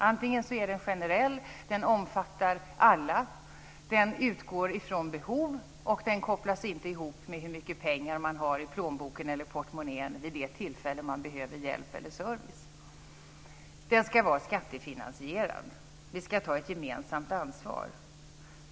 Det ena är att den är generell, den omfattar alla, den utgår från behov och den kopplas inte ihop med hur mycket pengar man har i plånboken eller portmonnän vid det tillfälle man behöver hjälp eller service. Den ska vara skattefinansierad. Vi ska ta ett gemensamt ansvar.